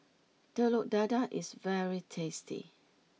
Telur Dadah is very tasty